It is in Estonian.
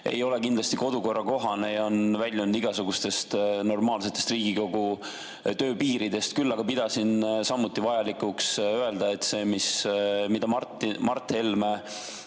ei ole kindlasti kodukorrakohane ja on väljunud igasugustest normaalsetest Riigikogu töö piiridest. Küll aga pidasin vajalikuks öelda, et see, mida Mart Helme